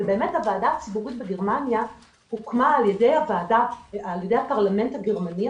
באמת הוועדה הציבורית בגרמניה הוקמה על ידי הפרלמנט הגרמני.